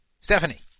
Stephanie